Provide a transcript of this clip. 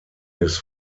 his